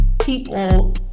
People